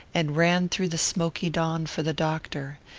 and ran through the smoky dawn for the doctor.